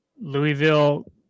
Louisville